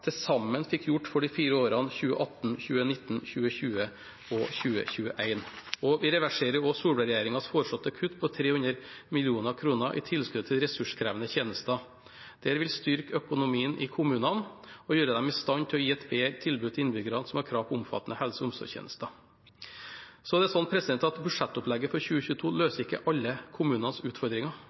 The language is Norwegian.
til sammen fikk til for de fire årene 2018, 2019, 2020 og 2021. Vi reverserer også Solberg-regjeringens foreslåtte kutt på 300 mill. kr i tilskuddet til ressurskrevende tjenester. Dette vil styrke økonomien i kommunene og gjøre dem i stand til å gi et bedre tilbud til innbyggere som har krav på omfattende helse- og omsorgstjenester. Budsjettopplegget for 2022 løser ikke alle utfordringene i kommunene. Det vil fortsatt være behov for